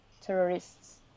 terrorists